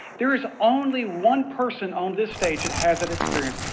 there's only one person on this stage that has that experience.